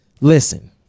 Listen